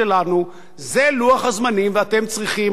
זה לוח הזמנים, ואתם צריכים למלא אותו.